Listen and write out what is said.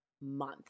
month